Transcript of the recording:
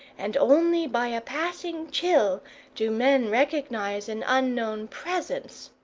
and only by a passing chill do men recognize an unknown presence.